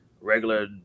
regular